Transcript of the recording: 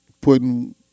putting